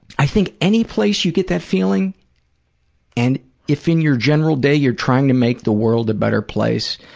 i think any place you get that feeling and if in your general day you're trying to make the world a better place,